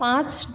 पांच